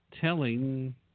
telling